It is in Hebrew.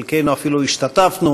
חלקנו אפילו השתתפנו,